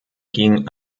ging